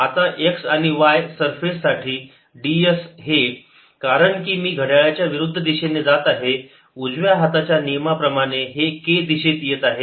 आता x आणि y surface साठी ds हे कारण कि मी घड्याळा च्या विरुद्ध दिशेने जात आहे उजव्या हाताच्या नियमाप्रमाणे हे k दिशेत येत आहे